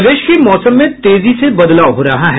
प्रदेश के मौसम में तेजी से बदलाव हो रहा है